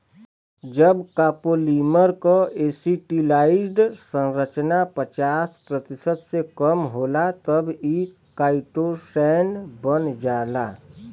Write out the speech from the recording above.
जब कॉपोलीमर क एसिटिलाइज्ड संरचना पचास प्रतिशत से कम होला तब इ काइटोसैन बन जाला